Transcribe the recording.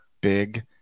big